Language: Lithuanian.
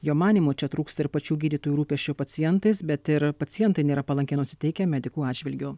jo manymu čia trūksta ir pačių gydytojų rūpesčio pacientais bet ir pacientai nėra palankiai nusiteikę medikų atžvilgiu